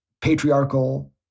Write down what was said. patriarchal